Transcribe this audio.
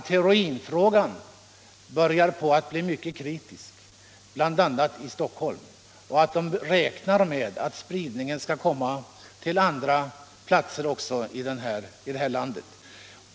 Det påstås att den börjar bli mycket kritisk, bl.a. i Stockholm, och att man räknar med att heroinbruket skall spridas även till andra platser i landet.